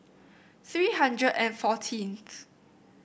three hundred and fourteenth